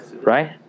Right